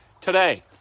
today